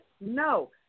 No